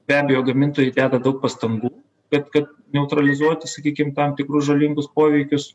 be abejo gamintojai deda daug pastangų bet kad neutralizuoti sakykim tam tikrus žalingus poveikius